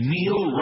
Neil